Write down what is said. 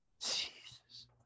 Jesus